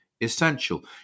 essential